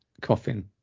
coffin